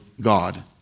God